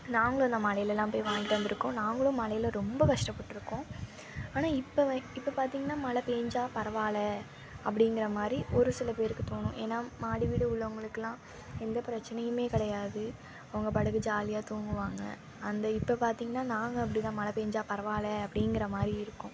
நாங்களும் அந்த மழையிலலாம் போய் வாங்கிட்டு வந்திருக்கோம் நாங்களும் மழையில ரொம்ப கஷ்டபட்டிருக்கோம் ஆனால் இப்ப இப்போ பார்த்திங்கனா மழை பேய்ஞ்சா பரவாயில்ல அப்டிங்கிற மாதிரி ஒரு சில பேருக்கு தோணும் ஏன்னா மாடிவீடு உள்ளவங்களுக்கெல்லாம் எந்த பிரச்னையும் கிடையாது அவங்கப்பாட்டுக்கு ஜாலியாக தூங்குவாங்க அந்த இப்போ பார்த்திங்கனா நாங்கள் அப்படிதான் மழை பேய்ஞ்சா பரவாயில்ல அப்டிங்கிற மாதிரி இருக்கும்